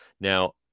Now